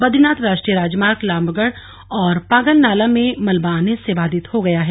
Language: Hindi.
बद्रीनाथ राष्ट्रीय राजमार्ग लामबगड़ और पागलनाला में मलबा आने से बाधित हो गया है